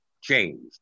changed